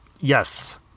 Yes